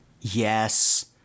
yes